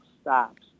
stops